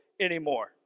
anymore